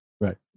right